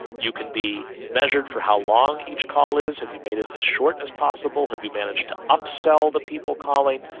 you can be measured for how long each call is, have you made it as short as possible, have you managed to upsell the people calling,